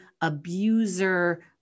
abuser